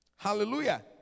Hallelujah